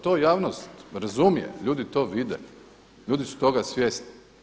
To javnost razumije, ljudi to vide, ljudi su toga svjesni.